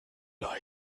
like